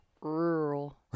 Rural